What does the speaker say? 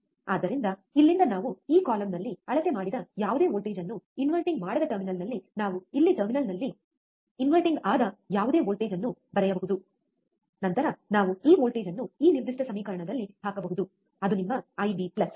ಆದ್ದರಿಂದ ಇಲ್ಲಿಂದ ನಾವು ಈ ಕಾಲಂನಲ್ಲಿ ಅಳತೆ ಮಾಡಿದ ಯಾವುದೇ ವೋಲ್ಟೇಜ್ ಅನ್ನು ಇನ್ವರ್ಟಿಂಗ್ ಮಾಡದ ಟರ್ಮಿನಲ್ನಲ್ಲಿ ನಾವು ಇಲ್ಲಿ ಟರ್ಮಿನಲ್ನಲ್ಲಿ ಇನ್ವರ್ಟಿಂಗ್ ಆದ ಯಾವುದೇ ವೋಲ್ಟೇಜ್ ಅನ್ನು ಬರೆಯಬಹುದು ನಂತರ ನಾವು ಈ ವೋಲ್ಟೇಜ್ ಅನ್ನು ಈ ನಿರ್ದಿಷ್ಟ ಸಮೀಕರಣದಲ್ಲಿ ಹಾಕಬಹುದು ಅದು ನಿಮ್ಮ ಐಬಿ IB